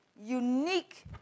unique